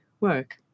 work